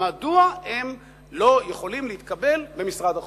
מדוע הם לא יכולים להתקבל במשרד החוץ?